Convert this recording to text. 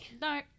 No